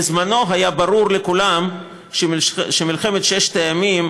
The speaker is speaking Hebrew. בזמנו היה ברור לכולם שמלחמת ששת הימים